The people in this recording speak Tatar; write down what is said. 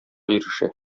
ирешә